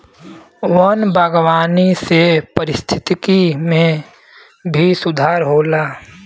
वन बागवानी से पारिस्थिकी में भी सुधार होला